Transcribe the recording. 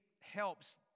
helps